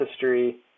history